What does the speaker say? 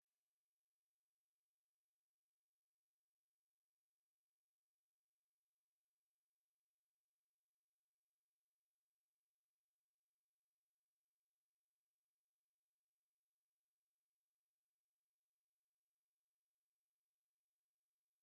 Mu gihe cya kovidi cumi n'icyenda, abanyeshuri bose bajyaga mu ishuri bambaye agapfukamunwa kandi bakicara bashyize intera hagati yabo, kugira ngo birinde gukwirakwiza icyorezo, buri mu nyeshuri kandi nk'ibisanzwe yabaga afite ikayi n'ikiramu kugira ngo yandike ibyo mwarimu ari kwigisha.